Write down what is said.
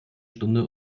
stunde